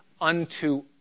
unto